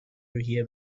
روحیه